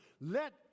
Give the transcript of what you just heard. Let